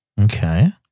Okay